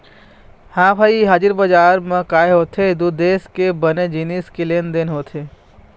ह भई हाजिर बजार म काय होथे दू देश के बने जिनिस के लेन देन होथे